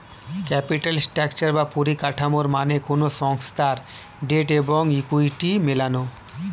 capital structure বা পরিকাঠামো মানে কোনো সংস্থার ডেট এবং ইকুইটি মেলানো